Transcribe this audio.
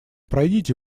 пройдите